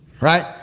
Right